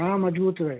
हाँ मज़बूत रहेगी